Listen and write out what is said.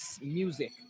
music